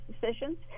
decisions